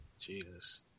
Jesus